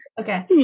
okay